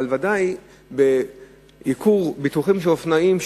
אבל בוודאי ייקור של ביטוחים של אופנועים.